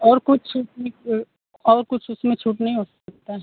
और कुछ भी और कुछ उसमें छूट नहीं हो सकता